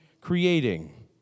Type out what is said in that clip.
creating